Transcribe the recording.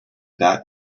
that